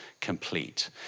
complete